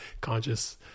conscious